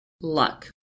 luck